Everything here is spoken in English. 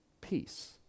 peace